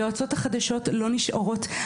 היועצות החדשות לא נשארות,